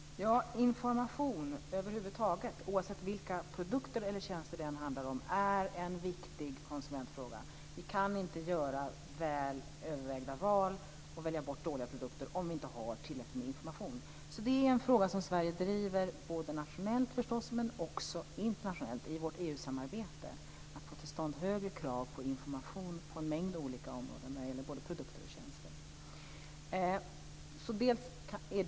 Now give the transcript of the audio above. Fru talman! Information över huvud taget, oavsett vilka produkter eller tjänster det handlar om, är en viktig konsumentfråga. Vi kan inte göra väl övervägda val och välja bort dåliga produkter om vi inte har tillräckligt med information. Det är en fråga som Sverige driver både nationellt och internationellt i vårt EU-samarbete att få till stånd högre krav på information på en mängd olika områden vad gäller både produkter och tjänster.